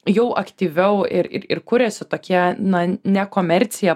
jau aktyviau ir ir ir kuriasi tokie na ne komercija